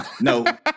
No